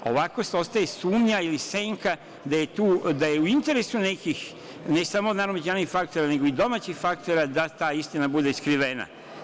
Ovako se ostaje sumnja ili senka da je u interesu nekih, ne samo obećanih javnih faktora, nego i domaćih faktora da ta istina bude skrivena.